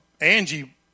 Angie